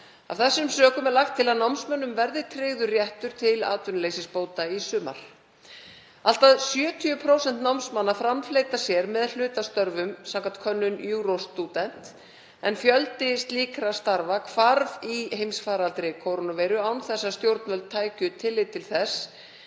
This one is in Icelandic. Af þessum sökum er lagt til að námsmönnum verði tryggður réttur til atvinnuleysisbóta í sumar. Allt að 70% námsmanna framfleyta sér með hlutastörfum samkvæmt könnun Eurostudent en fjöldi slíkra starfa hvarf í faraldrinum án þess að stjórnvöld tækju tillit til þess